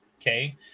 Okay